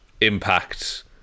impact